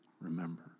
remember